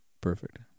perfect